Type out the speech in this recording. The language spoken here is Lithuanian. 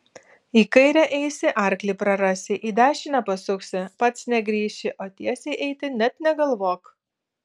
į kairę eisi arklį prarasi į dešinę pasuksi pats negrįši o tiesiai eiti net negalvok